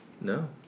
No